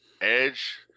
Edge